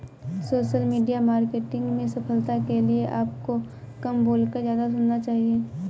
social media marketing में सफलता के लिए आपको कम बोलकर ज्यादा सुनना चाहिए